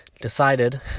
decided